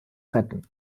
retten